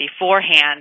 beforehand